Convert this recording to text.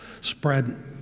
spread